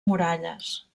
muralles